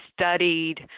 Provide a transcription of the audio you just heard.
studied